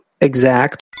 exact